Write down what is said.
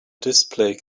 display